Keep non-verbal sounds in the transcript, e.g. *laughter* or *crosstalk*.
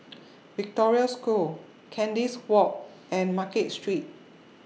*noise* Victoria School Kandis Walk and Market Street